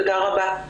תודה רבה.